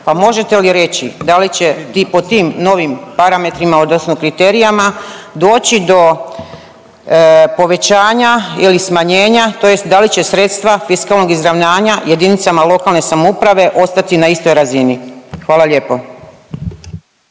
pa možete li reći da li će ti po tim novim parametrima odnosno kriterijama doći do povećanja ili smanjenja, tj. da li će sredstva fiskalnog izravnanja jedinica lokalne samouprave ostati na istoj razini? Hvala lijepo.